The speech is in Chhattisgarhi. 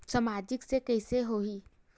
सामाजिक से कइसे होही?